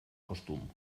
costum